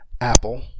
apple